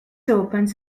opens